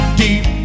deep